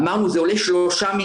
אמרנו שזה עולה 3 מיליארד,